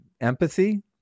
empathy